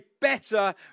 better